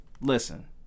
Listen